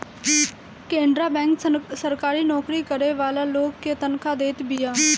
Canara bank सरकारी नोकरी करे वाला लोग के तनखा देत बिया